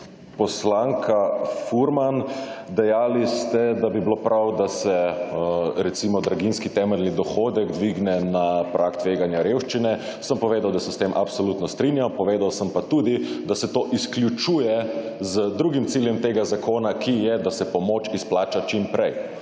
Poslanka Furman, dejali ste, da bi bilo prav, da se, recimo, draginjski temeljni dohodek dvigne na prag tveganja revščine. Povedal sem, da se s tem absolutno strinjam, povedal sem pa tudi, da se to izključuje z drugim ciljem tega zakona, ki je, da se pomoč izplača čim prej,